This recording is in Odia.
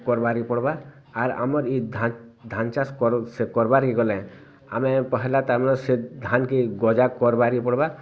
କରବାକେ ପଡ଼ବା ଆର୍ ଆମର୍ ଇ ଧାନ୍ ଚାଷ୍ କରବାକେ ଗଲେ ଆମେ ପହେଲା ତା'ର୍ ମାନେ ସେ ଧାନ୍କେ ଗଜା କରବାକେ ପଡ଼ବା